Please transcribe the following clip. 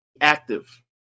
active